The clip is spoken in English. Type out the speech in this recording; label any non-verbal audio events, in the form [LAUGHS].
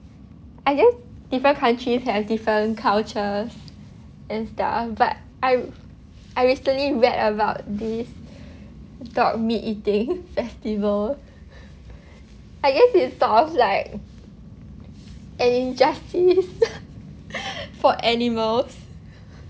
I guess different countries have different cultures and stuff but I I recently read about this [BREATH] dog meat eating [LAUGHS] festival I guess it's sort of like an injustice [LAUGHS] for animals